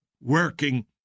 working